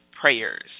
prayers